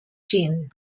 chin